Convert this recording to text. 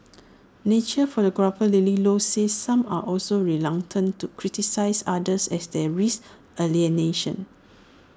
nature photographer lily low said some are also reluctant to criticise others as they risk alienation